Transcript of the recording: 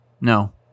No